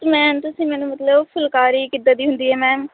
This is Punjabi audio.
ਮੈਮ ਤੁਸੀਂ ਮੈਨੂੰ ਮਤਲਬ ਫੁਲਕਾਰੀ ਕਿੱਦਾਂ ਦੀ ਹੁੰਦੀ ਹੈ ਮੈਮ